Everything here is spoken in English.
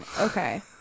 Okay